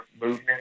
movement